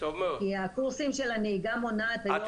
כי הקורסים של הנהיגה המונעת היום